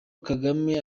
kagame